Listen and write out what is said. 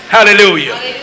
Hallelujah